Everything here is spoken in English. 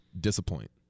disappoint